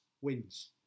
wins